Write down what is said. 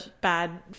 bad